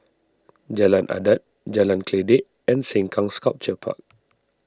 Jalan Adat Jalan Kledek and Sengkang Sculpture Park